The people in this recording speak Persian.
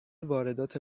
واردات